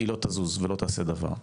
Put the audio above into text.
היא לא תזוז ולא תעשה דבר.